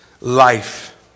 life